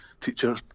teacher